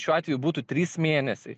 šiuo atveju būtų trys mėnesiai